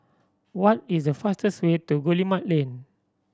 what is the fastest way to Guillemard Lane